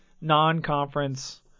non-conference